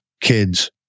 kids